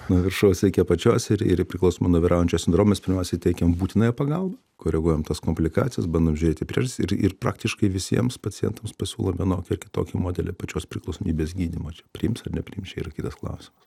nuo viršaus iki apačios ir ir priklausomai nuo vyraujančio sindromo mes pirmiausiai teikiam būtinąją pagalbą koreguojam tas komplikacijas bandom žiūrėt į priežastį ir ir praktiškai visiems pacientams pasiūlom vienokį ar kitokį modelį pačios priklausomybės gydymo čia priims ar nepriims čia yra kitas klausimas